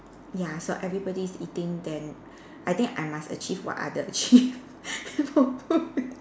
ya so everybody is eating then I think I must achieve what other achieve